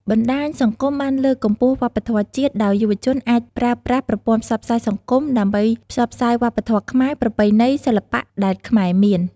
បណ្ដាញសង្គមបានលើកកម្ពស់វប្បធម៌ជាតិដោយយុវជនអាចប្រើប្រាស់ប្រព័ន្ធផ្សព្វផ្សាយសង្គមដើម្បីផ្សព្វផ្សាយវប្បធម៌ខ្មែរ ប្រពៃណី សិល្បៈ ដែលខ្មែរមាន។